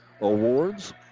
awards